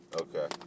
Okay